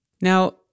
Now